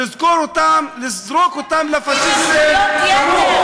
מי שחושב להפקיר את האוכלוסייה הערבית ולזרוק אותם לפאשיסטים כמוך,